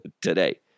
Today